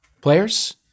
Players